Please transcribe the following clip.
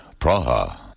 Praha